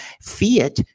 Fiat